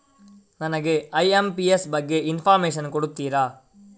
ನನಗೆ ಐ.ಎಂ.ಪಿ.ಎಸ್ ಬಗ್ಗೆ ಇನ್ಫೋರ್ಮೇಷನ್ ಕೊಡುತ್ತೀರಾ?